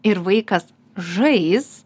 ir vaikas žais